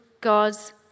God's